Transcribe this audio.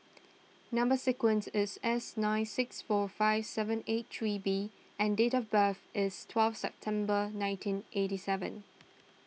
Number Sequence is S nine six four five seven eight three B and date of birth is twelve September nineteen eighty seven